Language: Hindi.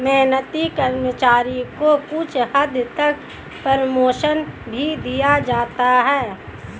मेहनती कर्मचारी को कुछ हद तक प्रमोशन भी दिया जाता है